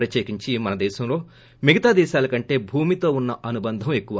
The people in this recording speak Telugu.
ప్రత్యేకించి మనదేశంలో మిగతా దేశాలకంటే భూమితో ఉన్న అనుబంధం ఎక్కువ